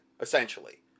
essentially